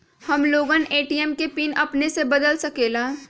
हम लोगन ए.टी.एम के पिन अपने से बदल सकेला?